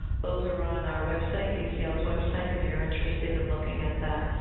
those are on our website, acl's website if you're interested in looking at that.